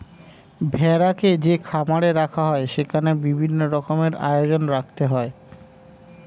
ভেড়াকে যে খামারে রাখা হয় সেখানে বিভিন্ন রকমের আয়োজন রাখতে হয়